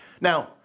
Now